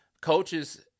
coaches